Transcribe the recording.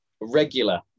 regular